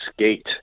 skate